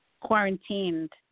quarantined